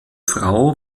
frau